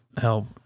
help